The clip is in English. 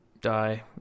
die